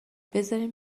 بذارین